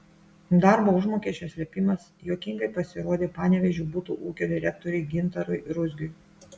darbo užmokesčio slėpimas juokingai pasirodė panevėžio butų ūkio direktoriui gintarui ruzgiui